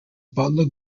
butler